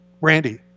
Randy